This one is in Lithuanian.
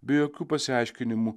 be jokių pasiaiškinimų